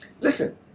Listen